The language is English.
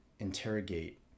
interrogate